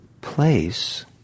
place